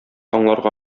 аңларга